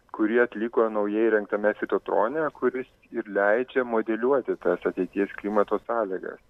kurį atliko naujai įrengtame fitotrone kuris ir leidžia modeliuoti tas ateities klimato sąlygas